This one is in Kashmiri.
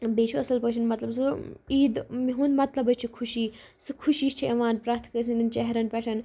بیٚیہِ چھِ اصٕل پٲٹھۍ مطلب سُہ عیٖد ہنٛد مطلبۓ چھُ خوشی سُہ خوشی چھِ یِوان پرٛیٚتھ کٲنسہِ ہِنٛدین چہرن پٮ۪ٹھ